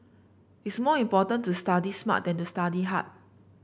it's more important to study smart than to study hard